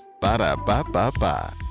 Ba-da-ba-ba-ba